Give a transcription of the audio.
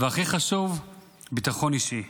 והכי חשוב, ביטחון אישי.